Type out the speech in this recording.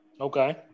Okay